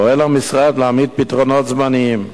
פועל המשרד להעמיד פתרונות זמניים.